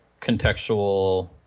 contextual